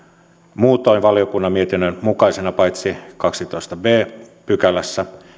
muutoin valiokunnan mietinnön mukaisena paitsi kahdennentoista b pykälän